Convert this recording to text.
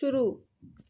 शुरू